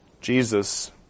Jesus